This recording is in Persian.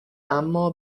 اما